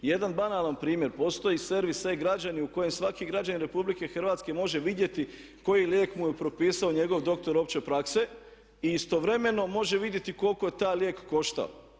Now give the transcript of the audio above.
Jedan banalan primjer, postoji servis e-građani u kojem svaki građanin RH može vidjeti koji lijek mu je propisao njegov doktor opće prakse i istovremeno može vidjeti koliko taj lijek košta.